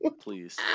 please